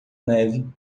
neve